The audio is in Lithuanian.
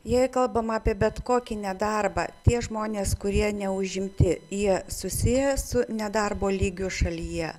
jei kalbama apie bet kokį nedarbą tie žmonės kurie neužimti jie susiję su nedarbo lygiu šalyje